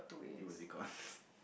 it was econs